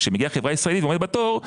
כשמגיעה חברה ישראלית ועומדת בתור,